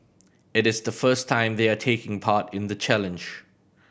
it is the first time they are taking part in the challenge